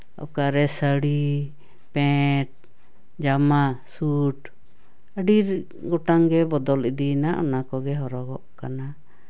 ᱚᱠᱟᱨᱮ ᱥᱟᱹᱲᱤ ᱯᱮᱱᱴ ᱡᱟᱢᱟ ᱥᱩᱴ ᱟᱹᱰᱤ ᱜᱚᱴᱟᱝ ᱜᱮ ᱵᱚᱫᱚᱞ ᱤᱫᱤᱭᱮᱱᱟ ᱚᱱᱟ ᱠᱚᱜᱮ ᱦᱚᱨᱚᱜᱚᱜ ᱠᱟᱱᱟ